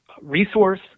resource